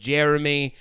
Jeremy